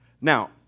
Now